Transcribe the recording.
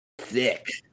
Thick